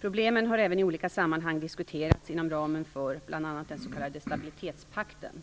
Problemen har även i olika sammanhang diskuterats inom ramen för bl.a. den s.k. stabilitetspakten